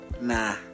Nah